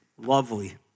lovely